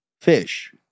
Fish